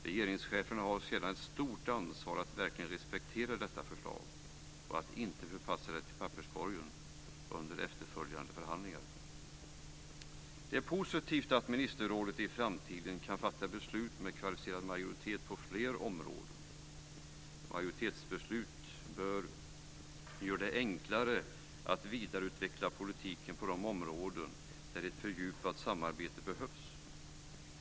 Regeringscheferna har sedan ett stort ansvar att verkligen respektera detta förslag och att inte förpassa det till papperskorgen under efterföljande förhandlingar. Det är positivt att ministerrådet i framtiden kan fatta beslut med kvalificerad majoritet på fler områden. Majoritetsbeslut gör det enklare att vidareutveckla politiken på de områden där ett fördjupat samarbete behövs.